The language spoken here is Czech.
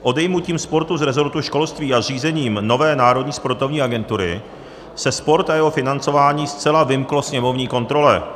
Odejmutím sportu z resortu školství a zřízením nové Národní sportovní agentury se sport a jeho financování zcela vymkly sněmovní kontrole.